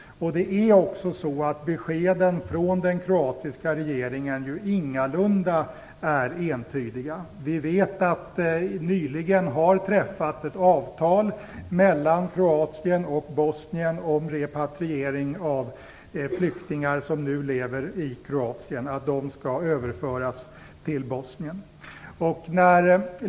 Beskeden från den kroatiska regeringen är ju inte heller på något sätt entydiga. Vi vet att det nyligen har träffats ett avtal mellan Kroatien och Bosnien om repatriering av flyktingar som nu lever i Kroatien; de skall överföras till Bosnien.